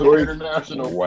international